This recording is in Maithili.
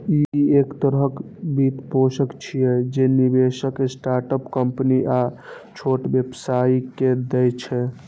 ई एक तरहक वित्तपोषण छियै, जे निवेशक स्टार्टअप कंपनी आ छोट व्यवसायी कें दै छै